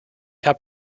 hab